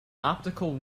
optical